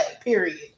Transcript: Period